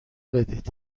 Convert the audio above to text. بدید